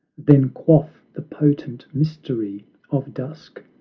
then quaff the potent mystery of dusk?